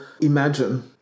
imagine